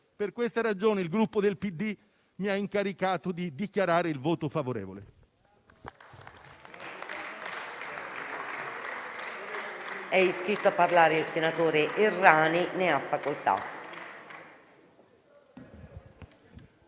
Per questa ragione, il Gruppo PD mi ha incaricato di dichiarare il voto favorevole.